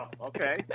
okay